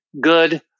good